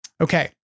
Okay